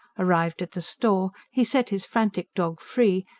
arrived at the store he set his frantic dog free,